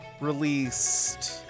Released